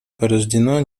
порождено